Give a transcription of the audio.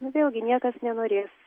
vėlgi niekas nenorės